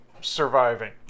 surviving